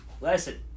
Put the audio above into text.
lesson